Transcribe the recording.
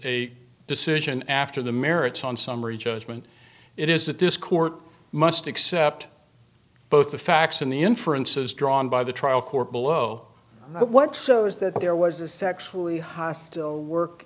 a decision after the merits on summary judgment it is that this court must accept both the facts and the inferences drawn by the trial court below what's so is that there was a sexually hostile work